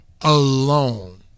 alone